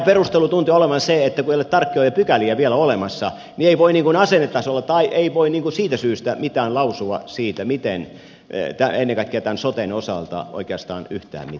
perustelu tuntui olevan se että kun ei ole tarkkoja pykäliä vielä olemassa niin ei voi asennetasolla tai ei voi siitä syystä mitään lausua ennen kaikkea tämän soten osalta oikeastaan yhtään mitään